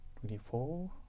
Twenty-four